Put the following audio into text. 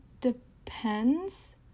depends